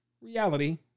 Reality